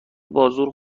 بازور